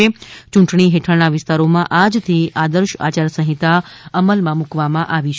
યૂંટણી હેઠળના વિસ્તારોમાં આજથી જ આદર્શ આયારસંહિતા અમલમાં મુકવામાં આવી છે